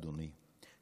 אדוני,